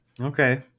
Okay